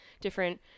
different